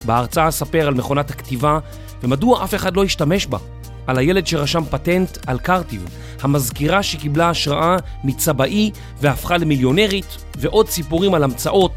בהרצאה אספר על מכונת הכתיבה, ומדוע אף אחד לא השתמש בה, על הילד שרשם פטנט על קרטיב, המזכירה שקיבלה השראה מצבעי והפכה למיליונרית, ועוד סיפורים על המצאות.